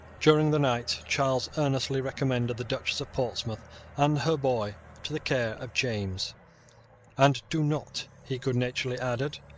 during the night charles earnestly recommended the duchess of portsmouth and her boy to the care of james and do not, he good-naturedly added,